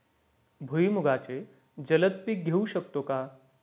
भुईमुगाचे जलद पीक घेऊ शकतो का?